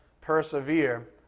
persevere